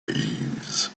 behaves